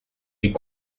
est